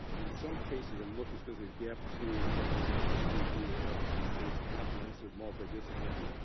in some cases i'm looking especially at gap two, recommendation two d. it like it states, comprehensive, multidisciplinary.